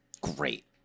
great